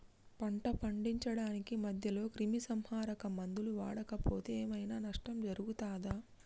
పంట పండించడానికి మధ్యలో క్రిమిసంహరక మందులు వాడకపోతే ఏం ఐనా నష్టం జరుగుతదా?